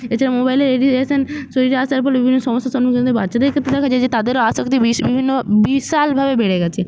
এছাড়া মোবাইলের রেডিয়েশন শরীরে আসার ফলে বিভিন্ন সমস্যার সম্মুখীন হতে হয় বাচ্চাদের ক্ষেত্রে দেখা যায় যে তাদেরও আসক্তি বেশ বিভিন্ন বিশালভাবে বেড়ে গিয়েছে